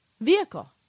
vehicle